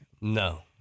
No